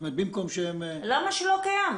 זאת אומרת, במקום שהם --- למה שלא קיים?